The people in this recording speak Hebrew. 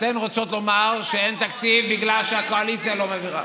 אתן רוצות לומר שאין תקציב בגלל שהקואליציה לא מעבירה.